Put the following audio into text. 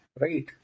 Right